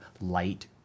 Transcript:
light